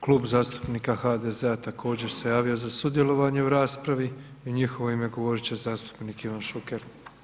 Klub zastupnika HDZ-a također se javio za sudjelovanje u raspravi u njihovo ime govorit će zastupnik Ivan Šuker.